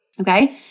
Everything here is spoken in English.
Okay